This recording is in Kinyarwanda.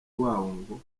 wawo